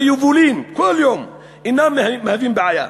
ביבולים כל יום, אינם מהווים בעיה.